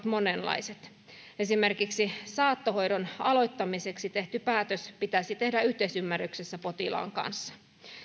monenlaisia esimerkiksi saattohoidon aloittamiseksi tehty päätös pitäisi tehdä yhteisymmärryksessä potilaan kanssa